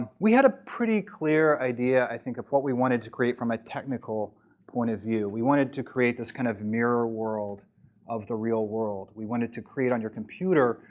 we had a pretty clear idea, i think, of what we wanted to create from a technical point of view. we wanted to create this kind of mirror world of the real world. we wanted to create, on your computer,